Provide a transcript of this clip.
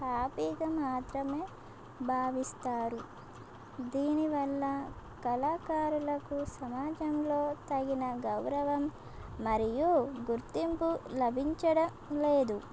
హ్యాపీగా మాత్రమే భావిస్తారు దీనివల్ల కళాకారులకు సమాజంలో తగిన గౌరవం మరియు గుర్తింపు లభించడం లేదు